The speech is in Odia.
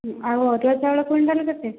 ଆଉ ଅରୁଆ ଚାଉଳ କୁଇଣ୍ଟାଲ୍ କେତେ